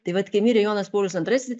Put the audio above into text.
tai vat kai mirė jonas paulius antrasis